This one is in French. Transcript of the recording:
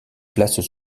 placent